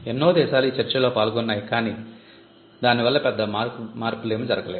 ఎన్నో దేశాలు ఈ చర్చల్లో పాల్గొన్నాయి కాని దాని వల్ల పెద్దగా మార్పులేమీ జరగలేదు